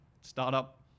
startup